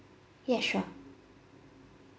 yes sure